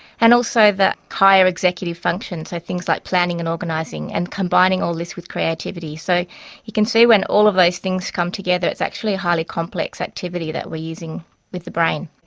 and also the higher executive functions, so things like planning and organising, and combining all this with creativity. so you can see when all of those things come together it's actually a highly complex activity that we are using with the brain.